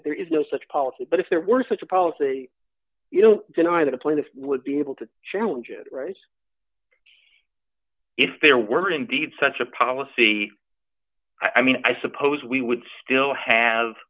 that there is no such policy but if there were such a policy you don't deny the plaintiffs would be able to challenge it right if there were indeed such a policy i mean i suppose we would still have